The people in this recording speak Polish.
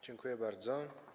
Dziękuję bardzo.